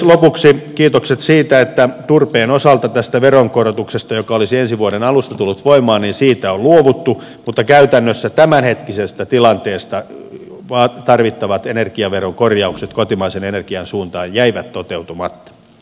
lopuksi kiitokset siitä että turpeen osalta tästä veronkorotuksesta joka olisi ensi vuoden alusta tullut voimaan on luovuttu mutta käytännössä tämänhetkisessä tilanteessa tarvittavat energiaveron korjaukset kotimaisen energian suuntaan jäivät toteutumatta